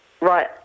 right